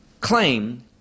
claim